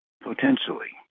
potentially